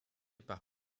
par